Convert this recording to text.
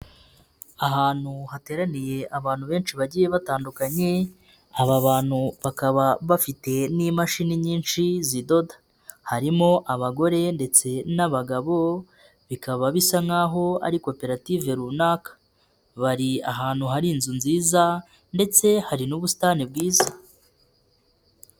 Ahantu hateraniye abantu benshi bagiye batandukanye aba bantu bakaba bafite n'imashini nyinshi zidoda, harimo abagore ndetse n'abagabo bikaba bisa nk'aho ari koperative runaka, bari ahantu hari inzu nziza ndetse hari n'ubusitani bwiza.